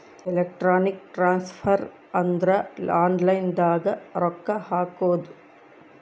electronic transfer ಅಂದ್ರ online ದಾಗ ರೊಕ್ಕ ಹಾಕೋದು